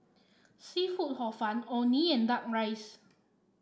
seafood Hor Fun Orh Nee and duck rice